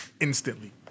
instantly